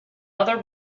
other